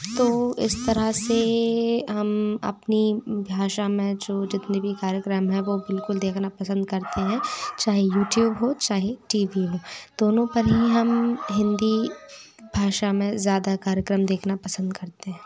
तो इस तरह से हम अपनी भाषा में जो जितने भी कार्यक्रम हैं वो बिल्कुल देखना पसंद करते हैं चाहे युट्यूब चाहे टी बी हो दोनों पर ही हम हिंदी भाषा में ज़्यादा कार्यक्रम देखना पसंद करते हैं